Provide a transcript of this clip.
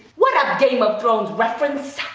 what a game of thrones reference.